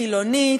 חילונית,